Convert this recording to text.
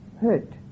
hurt